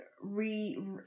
re